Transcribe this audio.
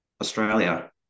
Australia